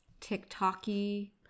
TikTok-y